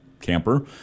camper